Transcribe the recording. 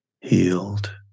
healed